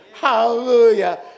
Hallelujah